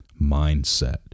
mindset